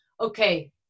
okay